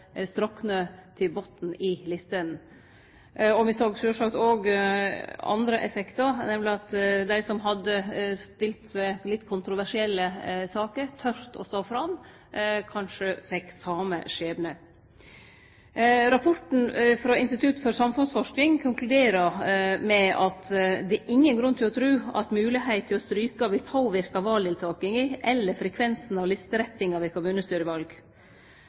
strokne til botnen av listene. Me såg sjølvsagt òg andre effektar, nemleg at dei som hadde stått for litt kontroversielle saker, som hadde tort å stå fram, kanskje fekk same skjebnen. Rapporten frå Institutt for samfunnsforskning konkluderer med at det er ingen grunn til å tru at moglegheit til å stryke vil påverke valdeltakinga eller frekvensen av listeretting ved kommunestyreval.